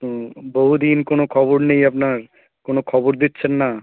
হুম বহু দিন কোনও খবর নেই আপনার কোনও খবর দিচ্ছেন না